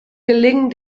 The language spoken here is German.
gelingen